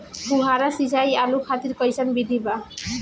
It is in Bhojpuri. फुहारा सिंचाई आलू खातिर कइसन विधि बा?